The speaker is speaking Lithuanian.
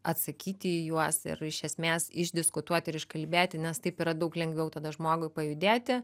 atsakyti į juos ir iš esmės išdiskutuoti ir iškalbėti nes taip yra daug lengviau tada žmogui pajudėti